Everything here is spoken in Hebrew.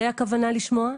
זה הכוונה לשמוע?